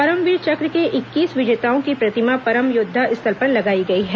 परमवीर चक्र के इक्कीस विजेताओं की प्रतिमा परम योद्वा स्थल पर लगाई गई है